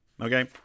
okay